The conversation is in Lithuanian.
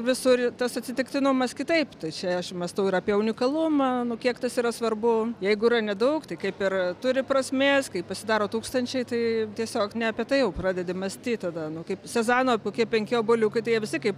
visur tas atsitiktinumas kitaip tai čia aš mąstau ir apie unikalumą nu kiek tas yra svarbu jeigu yra nedaug tai kaip ir turi prasmės kai pasidaro tūkstančiai tai tiesiog ne apie tai jau pradedi mąstyti tada nu kaip sezano kokie penki obuoliukai tie visi kaip